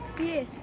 Yes